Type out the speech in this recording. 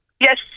Yes